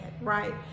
Right